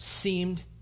seemed